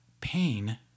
pain